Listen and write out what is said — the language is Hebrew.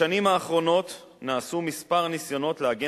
בשנים האחרונות נעשו כמה ניסיונות לעגן